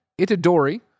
Itadori